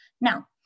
Now